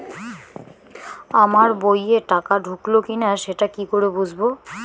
আমার বইয়ে টাকা ঢুকলো কি না সেটা কি করে বুঝবো?